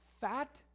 fat